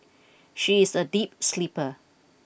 she is a deep sleeper